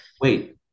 Wait